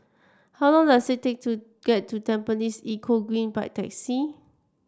how long does it take to get to Tampines Eco Green by taxi